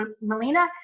Melina